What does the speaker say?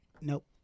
nope